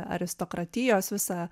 aristokratijos visą